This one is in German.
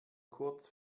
kurz